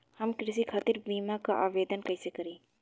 हम कृषि खातिर बीमा क आवेदन कइसे करि?